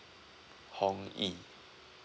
hong yi